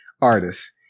artists